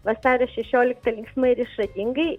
vasario šešioliktą linksmai ir išradingai